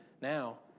Now